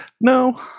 No